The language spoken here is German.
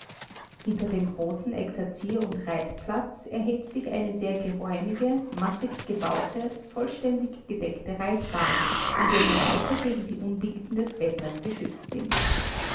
hinter dem großen erxerzier und reitplatz erhebt sich eine sehr geräumige massig gebaute vollständig gedeckte reitbahn in der die reiter gegen die unbilden des wetters geschützt sind